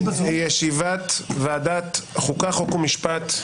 ישיבת ועדת חוקה, חוק ומשפט,